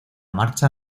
marcha